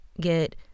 Get